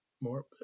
more